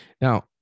Now